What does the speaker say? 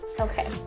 Okay